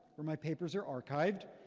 where my papers are archived.